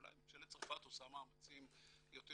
אולי ממשלת צרפת עושה מאמצים יותר